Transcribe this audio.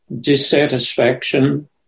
dissatisfaction